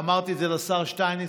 ואמרתי את זה לשר שטייניץ,